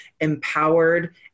empowered